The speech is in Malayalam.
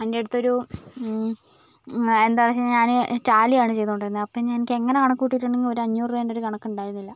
എൻറ്റെടുത്തൊരു എന്താ വെച്ച് കഴിഞ്ഞാൽ ഞാൻ ടാലിയാണ് ചെയ്തോണ്ടിരുന്നത് അപ്പോൾ ഞാൻ എനിക്ക് എങ്ങനെ കണക്കുകൂട്ടിയിട്ടുണ്ടെങ്കിൽ ഒരു അഞ്ഞൂറ് രൂപൻ്റെയൊരു കണക്ക് ഉണ്ടായിരുന്നില്ല